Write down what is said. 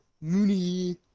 Mooney